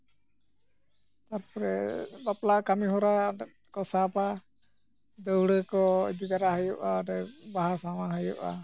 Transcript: ᱛᱟᱨᱯᱚᱨᱮ ᱵᱟᱯᱞᱟ ᱠᱟᱹᱢᱤᱦᱚᱨᱟ ᱠᱚ ᱥᱟᱵᱟ ᱫᱟᱹᱣᱲᱟᱹ ᱠᱚ ᱤᱫᱤ ᱫᱟᱨᱟ ᱦᱩᱭᱩᱜᱼᱟ ᱚᱸᱰᱮ ᱵᱟᱦᱟ ᱥᱟᱶᱦᱟ ᱦᱩᱭᱩᱜᱼᱟ